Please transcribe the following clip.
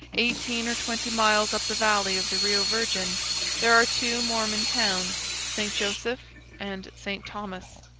eighteen or twenty miles up the valley of the rio virgen there are two mormon towns, st. joseph and st. thomas.